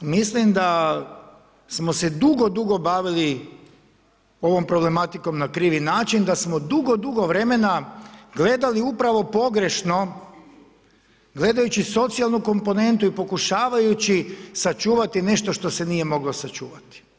Mislim da smo se dugo, dugo bavili ovom problematikom na krivi način, da smo dugo, dugo vremena gledati upravo pogrešno gledajući socijalnu komponentu i pokušavajući sačuvati nešto što se nije moglo sačuvati.